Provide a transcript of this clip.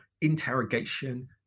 interrogation